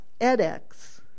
edX